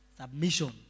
Submission